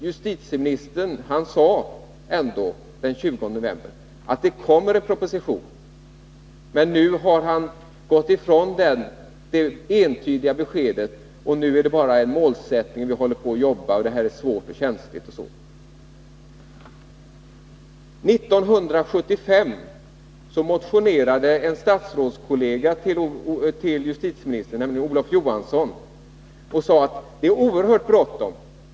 Justitieministern sade ändå den 20 november att det kommer en proposition. Det är oroande att han nu gått ifrån detta entydiga besked och säger att detta bara är en målsättning, att man jobbar med frågan och att den är svår och känslig. 1975 motionerade en nuvarande statsrådskollega till justitieministern, nämligen Olof Johansson, och sade att det är oerhört bråttom.